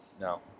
No